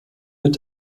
mit